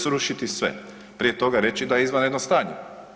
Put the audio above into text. Srušiti sve, prije toga reći da je izvanredno stanje.